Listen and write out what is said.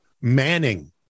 Manning